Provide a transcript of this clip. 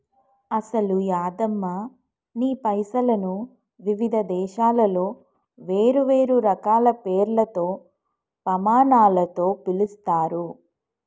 అసలు యాదమ్మ నీ పైసలను వివిధ దేశాలలో వేరువేరు రకాల పేర్లతో పమానాలతో పిలుస్తారు